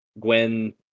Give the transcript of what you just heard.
Gwen